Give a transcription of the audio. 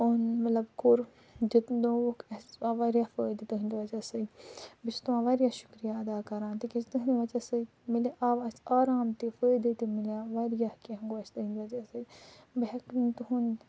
اوٚن مطلب کوٚر دیُتنووُکھ اَسہِ آو وارِیاہ فٲیدٕ تٕہنٛدِ وجہ سۭتۍ بہٕ چھَس تُہُنٛد وارِیاہ شُکرِیہ ادا کَران تِکیٛازِ تِہٕنٛدِ وجہ سۭتۍ مِلہِ آو اَسہِ آرام تہِ فٲیدٕ تہِ مِلیو وارِیاہ کیٚنٛہہ گوٚو اَسہِ تٕہنٛدِ وجہ سۭتۍ بہٕ ہٮ۪کہٕ نہٕ تُہُنٛد